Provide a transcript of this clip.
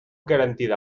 garantida